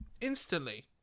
instantly